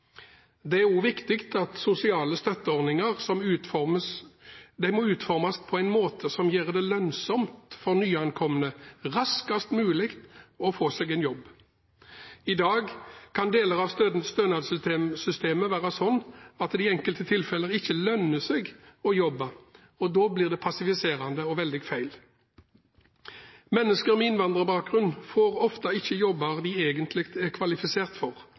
Det er også viktig at sosiale støtteordninger utformes på en måte som gjør det lønnsomt for nyankomne raskest mulig å få seg en jobb. I dag kan deler av stønadssystemet være slik at det i enkelte tilfeller ikke lønner seg å jobbe, og da blir det passiviserende og veldig feil. Mennesker med innvandrerbakgrunn får ofte ikke jobber de egentlig er kvalifisert for.